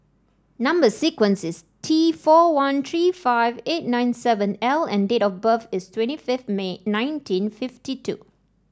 number sequence is T four one three five eight nine seven L and date of birth is twenty fifth May nineteen fifty two